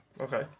okay